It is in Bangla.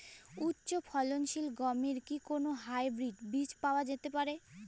উচ্চ ফলনশীল গমের কি কোন হাইব্রীড বীজ পাওয়া যেতে পারে?